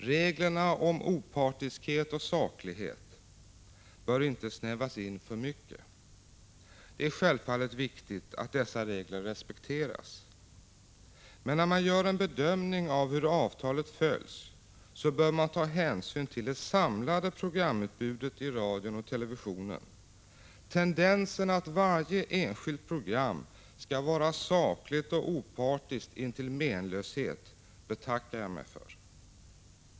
Reglerna om opartiskhet och saklighet bör inte snävas in för mycket. Det är självfallet viktigt att dessa regler respekteras. Men när man gör en bedömning av hur avtalet följs, bör man ta hänsyn till det samlade programutbudet i radion och televisionen. Tendensen att varje 13 enskilt program skall vara sakligt och opartiskt intill menlöshet betackar jag mig för.